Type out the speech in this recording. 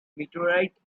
meteorite